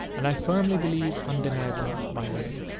and i firmly believe undeniable by many.